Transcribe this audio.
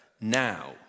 Now